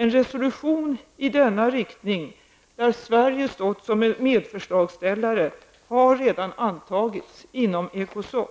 En resolution i denna riktning, där Sverige stått som medförslagsställare, har redan antagits inom Ecosoc.